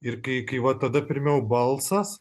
ir kai kai va tada pirmiau balsas